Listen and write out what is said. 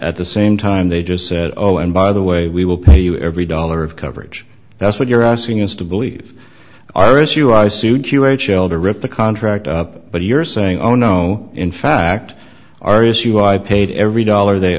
at the same time they just said oh and by the way we will pay you every dollar of coverage that's what you're asking us to believe our issue i suit you h l to rip the contract up but you're saying oh no in fact our issue i paid every dollar they